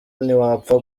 ntiwapfa